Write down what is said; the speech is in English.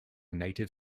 native